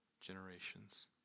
generations